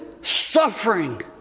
suffering